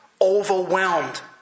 overwhelmed